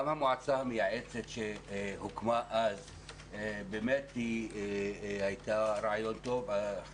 המועצה המייעצת שהוקמה אז הייתה רעיון טוב.